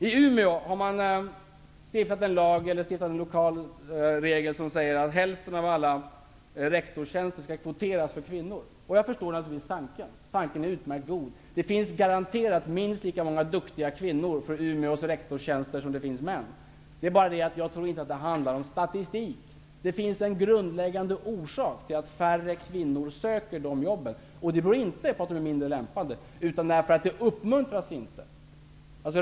I Umeå har man infört en lokal regel, med innebörden att hälften av alla rektorstjänster skall kvoteras för kvinnor. Jag förstår naturligtvis tanken. Den är utmärkt god. Det finns garanterat minst lika många duktiga kvinnor för Umeås rektorstjänster, som det finns män. Men jag tror inte att det handlar om statistik. Det finns en grundläggande orsak till att färre kvinnor söker den typen av jobb. Det beror inte på att kvinnorna är mindre lämpade, utan därför att de inte uppmuntras till det.